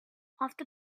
after